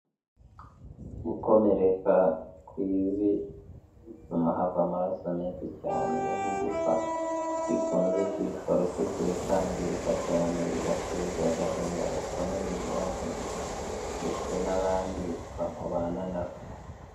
Gukomereka ku ivi, bituma hava amaraso menshi cyane ubundi igufwa rikunze kwitwa ruseke rikangirika cyane, bigateza agahinda gakomeye nyiraryo ndetse n'abandi babana na we.